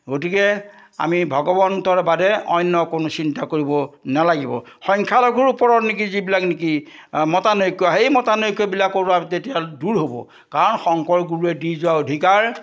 গতিকে আমি ভগৱন্তৰ বাদে অন্য কোনো চিন্তা কৰিব নেলাগিব সংখ্যালঘুৰ ওপৰত নেকি যিবিলাক নেকি মতানৈক্য সেই মতানৈক্যবিলাকৰ তেতিয়া দূৰ হ'ব কাৰণ শংকৰ গুৰুৱে দি যোৱা অধিকাৰ